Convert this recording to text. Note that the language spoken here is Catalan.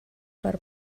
per